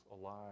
alive